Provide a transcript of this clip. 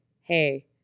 Hey